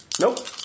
Nope